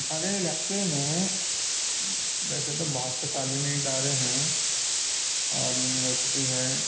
ہمارے علاقے میں ویسے تو بہت سے تعلیمی ادارے ہیں اور یونیورسٹی ہے